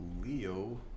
Leo